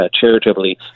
charitably